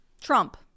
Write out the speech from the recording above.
Trump